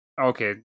okay